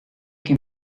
que